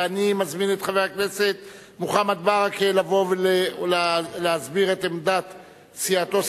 ואני מזמין את חבר הכנסת מוחמד ברכה להסביר את עמדת סיעתו,